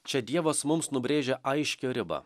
čia dievas mums nubrėžia aiškią ribą